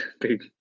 big